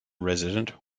resident